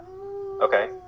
Okay